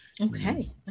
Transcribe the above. okay